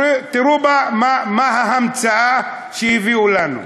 תראו מה ההמצאה שהביאו לנו,